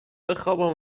بخابم